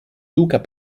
luca